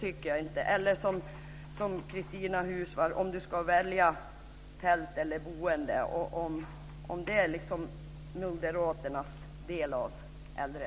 Cristina Husmark Pehrsson talar om att välja tält eller boende.